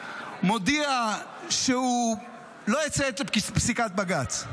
מודיע שהוא לא יציית לפסיקת בג"ץ.